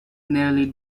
nearly